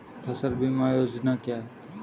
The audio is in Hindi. फसल बीमा योजना क्या है?